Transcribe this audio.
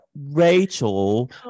Rachel